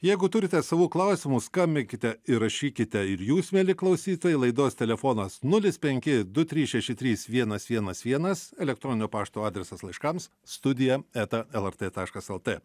jeigu turite savų klausimų skambinkite ir rašykite ir jūs mieli klausytojai laidos telefonas nulis penki du trys šeši trys vienas vienas vienas elektroninio pašto adresas laiškams studija eta lrt taškas lt